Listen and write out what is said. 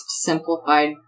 simplified